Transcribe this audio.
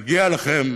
מגיע לכם